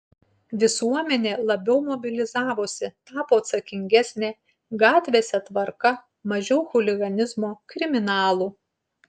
visuomenė labiau mobilizavosi tapo atsakingesnė gatvėse tvarka mažiau chuliganizmo kriminalų